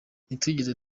ntitwigeze